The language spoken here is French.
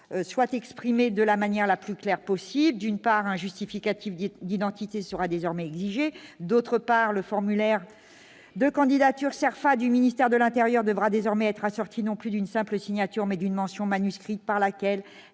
soit exprimé de la manière la plus claire possible : d'une part, un justificatif d'identité sera désormais exigé ; d'autre part, le formulaire de candidature CERFA du ministère de l'intérieur devra désormais être assorti non plus d'une simple signature, mais d'une mention manuscrite par laquelle